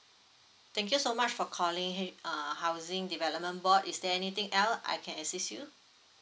thank you so much for calling H err housing development board is there anything else I can assist you